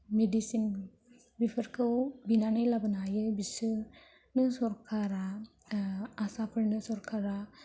medicine बेफोरखौ बिनानै लाबोनो हायो बिसोरनो सरकारा आसाफोरनो सरकारा